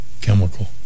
chemical